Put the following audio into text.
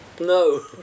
No